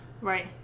right